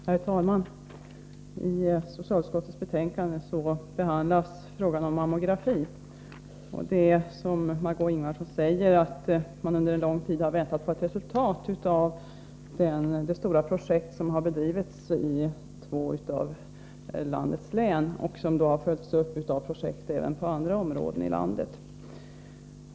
Herr talman! I socialutskottets betänkande 25 behandlas frågan om mammografi. Det är som Marg6ö Ingvardsson säger, att man under en lång tid har väntat på ett resultat av det stora projekt som har bedrivits i två av landets län och som har följts upp av projekt i andra områden i landet.